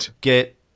get